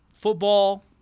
football